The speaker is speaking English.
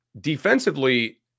defensively